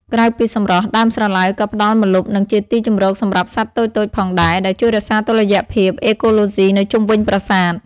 ក្រៅពីសម្រស់ ដើមស្រឡៅក៏ផ្តល់ម្លប់ និងជាទីជម្រកសម្រាប់សត្វតូចៗផងដែរ ដែលជួយរក្សាតុល្យភាពអេកូឡូស៊ីនៅជុំវិញប្រាសាទ។